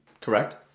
correct